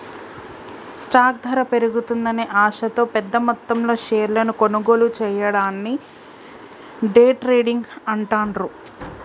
stock ధర పెరుగుతుందనే ఆశతో పెద్దమొత్తంలో షేర్లను కొనుగోలు చెయ్యడాన్ని డే ట్రేడింగ్ అంటాండ్రు